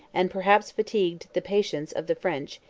and perhaps fatigued the patience, of the french,